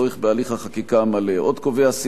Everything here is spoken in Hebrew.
עוד קובע הסעיף כי תחילתו של תיקון הטעות